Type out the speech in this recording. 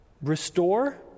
restore